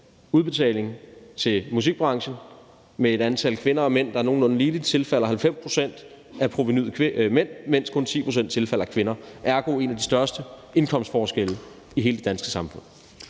udbetaling til musikbranchen med et antal kvinder og mænd, der er nogenlunde lige stort, tilfalder 90 pct. af provenuet mænd, mens kun 10 pct. tilfalder kvinder. Ergo er det en af de største indkomstforskelle i hele det danske samfund.